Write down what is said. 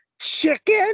Chicken